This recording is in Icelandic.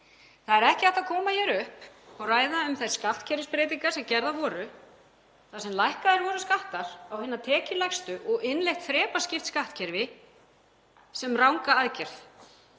Það er ekki hægt að koma hér upp og ræða um þær skattkerfisbreytingar sem gerðar voru, þar sem lækkaðir voru skattar á hina tekjulægstu og innleitt þrepaskipt skattkerfi, sem ranga aðgerð.